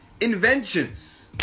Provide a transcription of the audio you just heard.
inventions